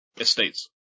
estates